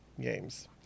games